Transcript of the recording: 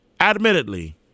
admittedly